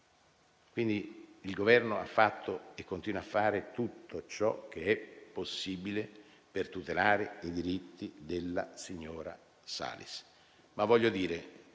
dignità. Il Governo ha fatto e continua a fare tutto ciò che è possibile per tutelare i diritti della signora Salis. Vorrei dire